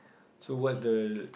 so what's the